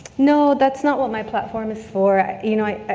no, that's not what my platform is for, you know,